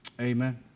Amen